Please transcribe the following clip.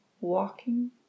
walking